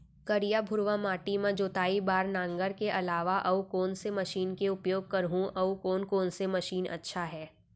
करिया, भुरवा माटी म जोताई बार नांगर के अलावा अऊ कोन से मशीन के उपयोग करहुं अऊ कोन कोन से मशीन अच्छा है?